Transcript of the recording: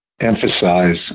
emphasize